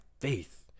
faith